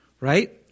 right